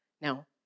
Now